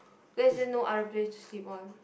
let's say no other place to sleep on